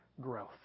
growth